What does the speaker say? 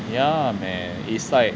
ya man it's like